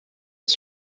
its